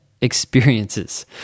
experiences